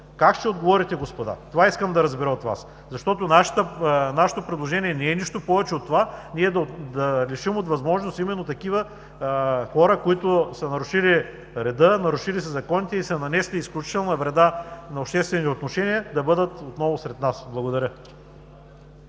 Как ще отговорите, господа? Това искам да разбера от Вас, защото нашето предложение не е нищо повече от това – да лишим от възможност именно такива хора, които са нарушили реда, нарушили са законите и са нанесли изключителна вреда на обществени отношения, да бъдат отново сред нас. Благодаря.